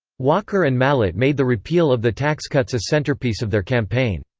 walker and mallott made the repeal of the tax cuts a centerpiece of their campaign.